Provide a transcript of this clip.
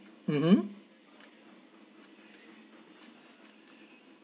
mmhmm